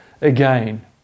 again